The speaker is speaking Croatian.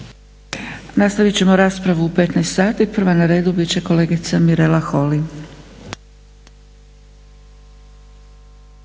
Nastavit ćemo raspravu u 15 sati. Prva na redu bit će kolegica Mirela Holy.